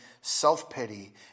self-pity